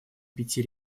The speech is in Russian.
пяти